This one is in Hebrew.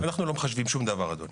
אנחנו לא מחשבים שום דבר, אדוני.